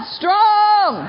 strong